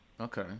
okay